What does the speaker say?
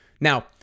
Now